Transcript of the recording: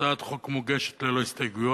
הצעת החוק מוגשת ללא הסתייגויות,